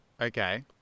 Okay